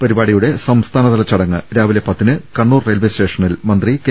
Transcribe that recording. പരിപാടിയുടെ സംസ്ഥാനതല ചടങ്ങ് രാവിലെ പത്തിന് കണ്ണൂർ റെയിൽവേ സ്റ്റേഷനിൽ മന്ത്രി കെ